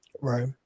right